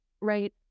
Right